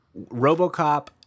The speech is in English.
RoboCop